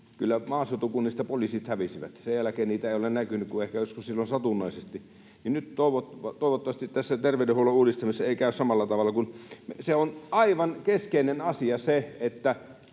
maaseutukunnista poliisit hävisivät. Sen jälkeen niitä ei ole näkynyt kuin ehkä joskus satunnaisesti. Toivottavasti nyt tässä terveydenhuollon uudistamisessa ei käy samalla tavalla. Se on aivan keskeinen asia, että